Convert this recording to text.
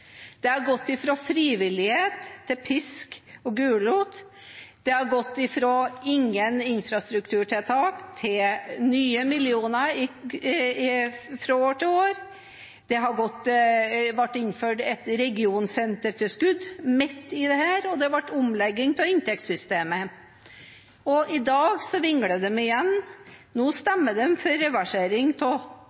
De har gått fra frivillighet til pisk og gulrot, de har gått fra ingen infrastrukturtiltak til nye millioner fra år til år, det ble innført et regionsentertilskudd midt i dette, og det ble omlegging av inntektssystemet. Og i dag vingler de igjen: Nå stemmer de for reversering av